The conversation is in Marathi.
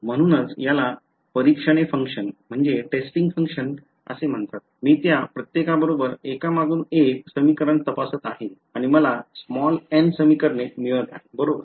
म्हणूनच याला परीक्षणे फंक्शन असे म्हणतात मी त्या प्रत्येकाबरोबर एकामागून एक समीकरण तपासत आहे आणि मला n समीकरणे मिळत आहेत बरोबर